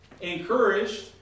encouraged